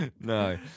No